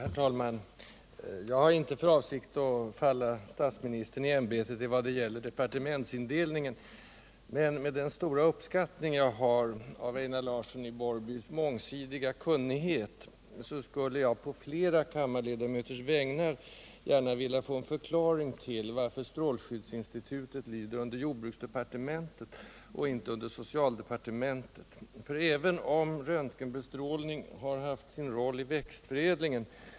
Herr talman! Jag har inte för avsikt att falla statsministern i ämbetet I vad det gäller departementsindelningen. Men med den stora uppskattning jag har av Einar Larssons i Borrby mångsidiga kunnighet skulle jag ändå på flera kammarledamöters vägnar gärna vilja ha en förklaring till varför strålskyddsinstitutet lyder under jordbruksdepartementet och inte under socialdepartementet. Även om röntgenbestrålning har haft sin roll i växtförädlingen.